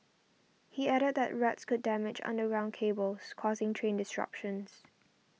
he added that rats could damage underground cables causing train disruptions